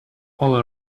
all